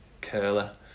curler